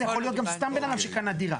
זה יכול להיות סתם בן אדם שקנה דירה.